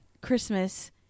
Christmas